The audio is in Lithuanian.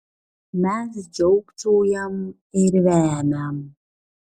mes žiaukčiojam ir vemiam